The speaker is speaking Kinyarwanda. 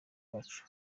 bacu